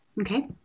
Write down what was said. Okay